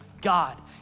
God